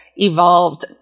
Evolved